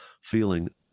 feeling